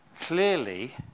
clearly